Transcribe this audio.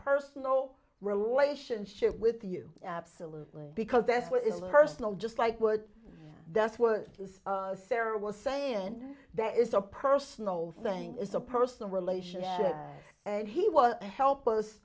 personal relationship with you absolutely because that's what is a personal just like what that's what his sarah was saying and that is a personal thing is a personal relationship and he was help us